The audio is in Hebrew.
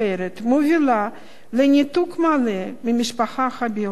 מובילה לניתוק מלא מהמשפחה הביולוגית.